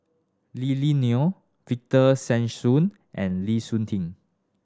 Lily Neo Victor Sassoon and Lee Suitin